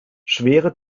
schwere